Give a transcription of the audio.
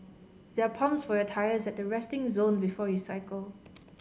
there are pumps for your tyres at the resting zone before you cycle